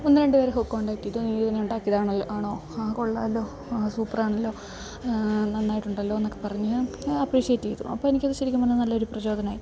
ഒന്നു രണ്ട് പേര് കോണ്ടാക്റ്റ് ചെയ്തു നീ ഇതിനെ ഉണ്ടാക്കിയതാണല്ലോ ആണോ ആ കൊള്ളാമല്ലോ ആ സൂപ്പറാണല്ലോ നന്നായിട്ടുണ്ടല്ലോ എന്നൊക്കെ പറഞ്ഞ് അപ്രീഷിയേറ്റ് ചെയ്തു അപ്പം എനിക്കത് ശരിക്കും പറഞ്ഞാൽ നല്ലൊരു പ്രചോദനമായി